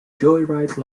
joyride